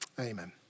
Amen